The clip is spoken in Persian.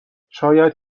شاید